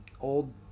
old